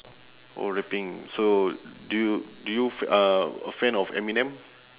oh rapping so do you do you f~ uh a fan of eminem